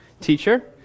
Teacher